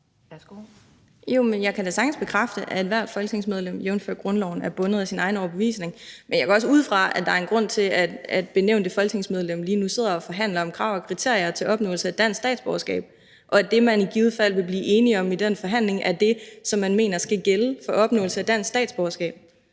Jeg kan da sagtens bekræfte, at ethvert folketingsmedlem jævnfør grundloven er bundet af sin egen overbevisning, men jeg går også ud fra, at der er en grund til, at benævnte folketingsmedlem lige nu sidder og forhandler om krav og kriterier til opnåelse af dansk statsborgerskab, og at det, man i givet fald vil blive enige om i den forhandling, er det, som man mener skal gælde for opnåelse af dansk statsborgerskab.